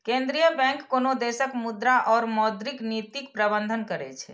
केंद्रीय बैंक कोनो देशक मुद्रा और मौद्रिक नीतिक प्रबंधन करै छै